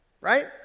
Right